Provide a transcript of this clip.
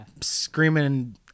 screaming